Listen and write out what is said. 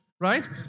Right